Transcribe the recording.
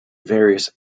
various